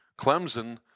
Clemson